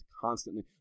constantly